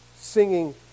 Singing